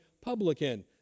publican